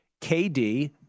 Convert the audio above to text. KD